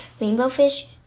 Rainbowfish